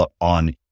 on